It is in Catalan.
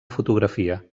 fotografia